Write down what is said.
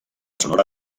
sonora